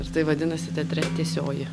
ir tai vadinasi teatre tiesioji